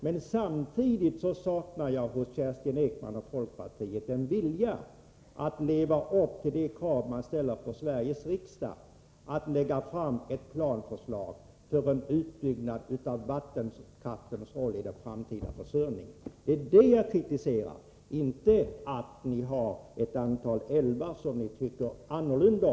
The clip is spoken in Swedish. Men samtidigt saknar jag hos Kerstin Ekman och folkpartiet en vilja att själv leva upp till de krav man ställer på Sveriges riksdag, att lägga fram ett förslag till plan för en utbyggnad av vattenkraften och således för den framtida elförsörjningen. Det är det jag kritiserar —-inte att ni tycker annorlunda om ett antal älvar.